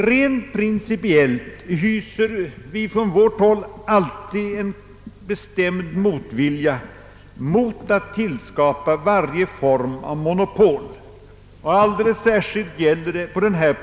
Rent principiellt har vi på vårt håll stark motvilja mot att tillskapa varje form av monopol, och alldeles särskilt gäller det detta fall.